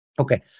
Okay